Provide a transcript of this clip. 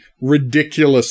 ridiculous